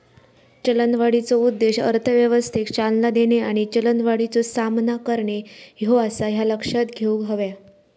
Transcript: चलनवाढीचो उद्देश अर्थव्यवस्थेक चालना देणे आणि चलनवाढीचो सामना करणे ह्यो आसा, ह्या लक्षात घेऊक हव्या